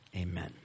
amen